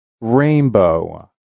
Rainbow